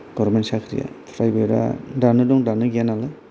government साख्रिया private आ दानो दं दानो गैया नालाय